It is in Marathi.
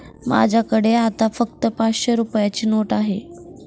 माझ्याकडे आता फक्त पाचशे रुपयांची नोट आहे